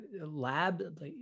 lab